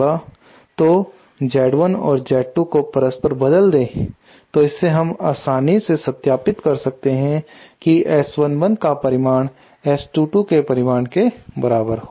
तो Z1 और Z2 को परस्पर बदल दे और इससे हम आसानी से यह सत्यापित कर सकते हैं कि S11 का परिमाण S22 के परिमाण के बराबर होगा